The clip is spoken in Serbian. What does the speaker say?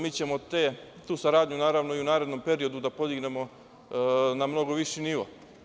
Mi ćemo tu saradnju, naravno, i u narednom periodu da podignemo na mnogo viši nivo.